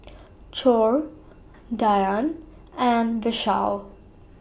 Choor Dhyan and Vishal